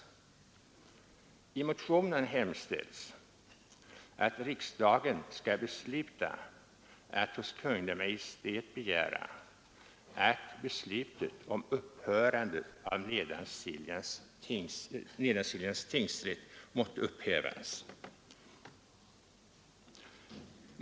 I motionen hemställs att riksdagen hos Kungl. Maj:t begär att beslutet om upphörande av Nedansiljans domsaga måtte upphävas.